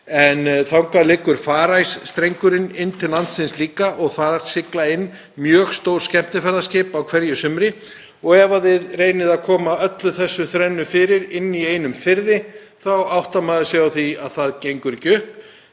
en þar liggur Farice-strengurinn inn til landsins líka og þarna sigla inn mjög stór skemmtiferðaskip á hverju sumri. Ef þið reynið að koma öllu þessu þrennu fyrir í einum firði þá áttar maður sig á því að það gengur ekki upp.